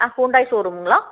ஆ Hyundai ஷோரூம்முங்களா